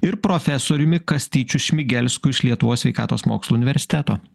ir profesoriumi kastyčiu šmigelsku iš lietuvos sveikatos mokslų universiteto